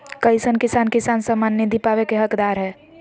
कईसन किसान किसान सम्मान निधि पावे के हकदार हय?